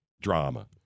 drama